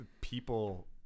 people